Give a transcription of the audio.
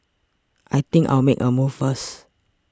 I think I'll make a move first